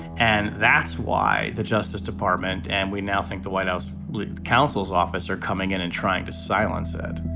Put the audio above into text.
and that's why the justice department and we now think the white house counsel's office are coming in and trying to silence that